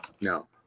no